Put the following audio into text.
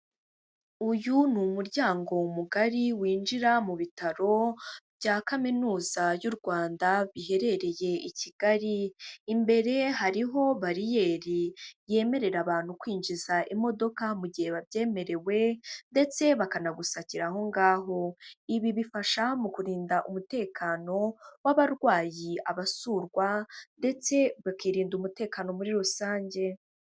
Uyu ni umuryango mugari w'injira mu bitaro bya kaminuza y'u Rwanda biherereye i Kigali. Imbere hariho bariyeri yemerera abantu kwinjiza imodoka mu gihe babyemerewe, ndetse bakanagusakira ahongaho. Ibi bifasha mu kurinda umutekano w'abarwayi, abasurwa, ndetse bakirinda umutekano muri rusange.